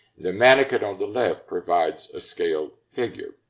the mannequin on the left provides a scale figure.